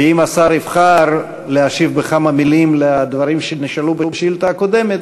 ואם השר יבחר להשיב בכמה מילים לדברים שנשאלו בשאילתה הקודמת,